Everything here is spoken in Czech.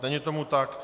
Není tomu tak.